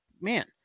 man